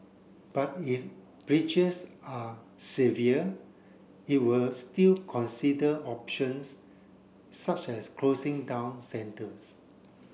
but if breaches are severe it will still consider options such as closing down centres